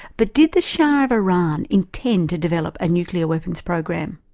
but did the shah of iran intend to develop a nuclear weapons program?